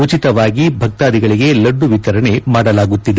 ಉಚಿತವಾಗಿ ಭಕ್ತಾದಿಗಳಿಗೆ ಲಡ್ನು ವಿತರಣೆ ಮಾಡಲಾಗುತ್ತಿದೆ